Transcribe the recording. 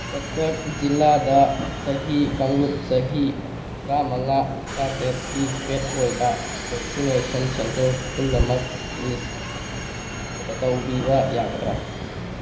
ꯀꯇꯛ ꯖꯤꯂꯥꯗ ꯆꯍꯤ ꯀꯥꯡꯂꯨꯞ ꯆꯍꯤ ꯇꯔꯥꯃꯉꯥ ꯇꯔꯥꯇꯔꯦꯠꯀꯤ ꯄꯦꯠ ꯑꯣꯏꯕ ꯚꯦꯟꯁꯤꯟꯅꯦꯁꯟ ꯁꯦꯟꯇꯔ ꯄꯨꯝꯅꯃꯛ ꯂꯤꯁ ꯇꯧꯕꯤꯕ ꯌꯥꯒꯗ꯭ꯔꯥ